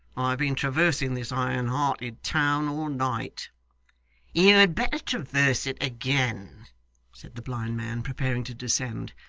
been traversing this iron-hearted town all night you had better traverse it again said the blind man, preparing to descend,